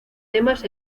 temas